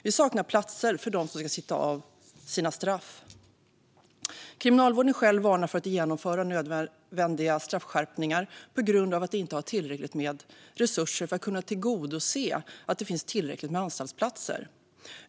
Vi saknar platser för dem som ska sitta av sina straff. Kriminalvården varnar själv för att genomföra nödvändiga straffskärpningar på grund av att de inte har tillräckligt med resurser för att kunna tillgodose att det finns tillräckligt med anstaltsplatser.